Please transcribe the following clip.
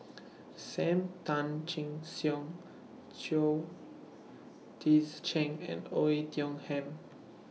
SAM Tan Chin Siong Chao Tzee Cheng and Oei Tiong Ham